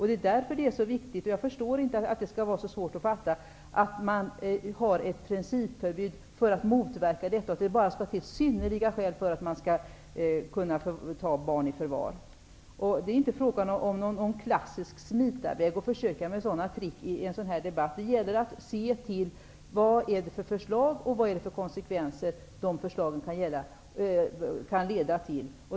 Det är därför som det är så viktigt -- och jag förstår inte att det skall vara så svårt att begripa -- att det finns ett principförbud för att motverka detta, och att det måste till synnerliga skäl för att man skall kunna ta barn i förvar. Det är inte fråga om någon klassisk smitarväg och att försöka med sådana trick i debatten. Det gäller att se till vad det finns för förslag och vilka konsekvenser de kan leda till.